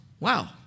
Wow